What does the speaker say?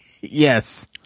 Yes